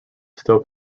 still